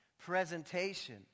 presentation